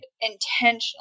intentionally